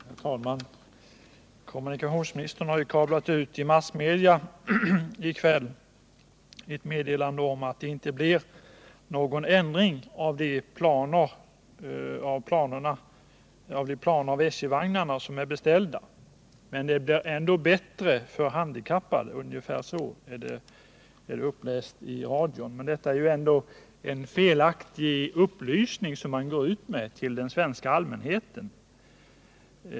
Herr talman! Kommunikationsministern har i kväll via massmedia meddelat att det inte blir någon ändring av de beställda SJ-vagnarna, men de blir i alla fall bättre för de handikappade — ungefär så är det uppläst i radio. Det är en felaktig upplysning till den svenska allmänheten.